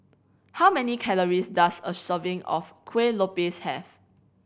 how many calories does a serving of Kueh Lopes have